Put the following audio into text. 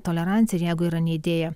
toleranciją jeigu yra neįdėję